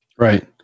Right